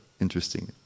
interesting